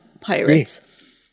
pirates